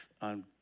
on